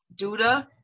Duda